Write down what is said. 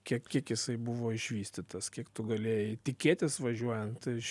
kiek kiek jisai buvo išvystytas kiek tu galėjai tikėtis važiuojant iš